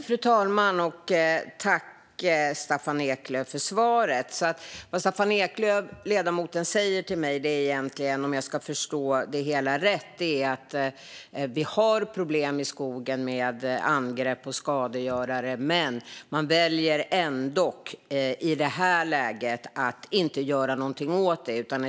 Fru talman! Det Staffan Eklöf säger till mig är att det är problem i skogen med angrepp och skadegörare men att man ändå väljer att inte göra något åt detta nu.